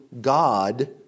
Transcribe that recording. God